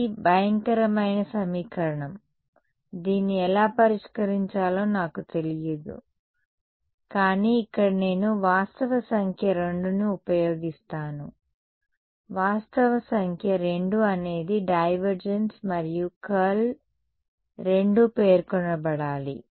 ఇది భయంకరమైన సమీకరణం దీన్ని ఎలా పరిష్కరించాలో నాకు తెలియదు కానీ ఇక్కడ నేను వాస్తవ సంఖ్య 2ని ఉపయోగిస్తాను వాస్తవం సంఖ్య 2 అనేది డైవర్జెన్స్ మరియు కర్ల్ రెండూ పేర్కొనబడాలి